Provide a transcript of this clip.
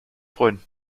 freuen